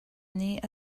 nih